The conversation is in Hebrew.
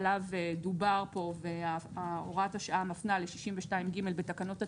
שעליו דובר פה והוראת השעה מפנה לסעיף 62(ג) בתקנות התיעוד,